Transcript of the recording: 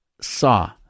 saw